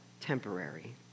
temporary